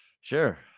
Sure